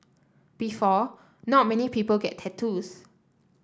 before not many people get tattoos